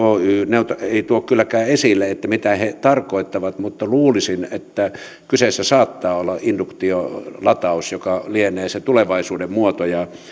oy ei tuo kylläkään esille mitä he tarkoittavat mutta luulisin että kyseessä saattaa olla induktiolataus joka lienee se tulevaisuuden muoto